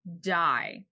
die